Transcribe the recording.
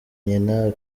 nyina